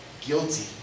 guilty